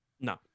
No